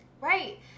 Right